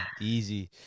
easy